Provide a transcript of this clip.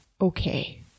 okay